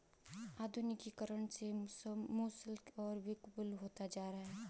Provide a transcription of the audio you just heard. आधुनिकीकरण से मूसल अब विलुप्त होता जा रहा है